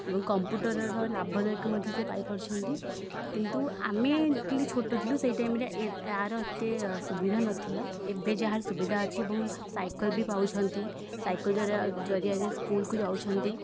ଏବଂ କମ୍ପ୍ୟୁଟରର ଲାଭଦାୟକ ମଧ୍ୟ ସେ ପାଇପାରୁଛନ୍ତି କିନ୍ତୁ ଆମେ ଏକ୍ଚୁଲି ଛୋଟ ଥିଲୁ ସେଇ ଟାଇମ୍ରେ ଏ ଆର ଏତେ ସୁବିଧା ନଥିଲା ଏବେ ଯାହା ସୁବିଧା ଅଛି ଏବଂ ସାଇକଲ୍ ବି ପାଉଛନ୍ତି ସାଇକଲ୍ ଦ୍ୱାରା ଜରିଆରେ ସ୍କୁଲ୍କୁ ଯାଉଛନ୍ତି